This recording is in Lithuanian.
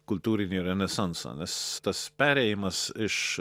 kultūrinį renesansą nes tas perėjimas iš